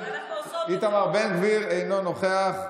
אינו נוכח,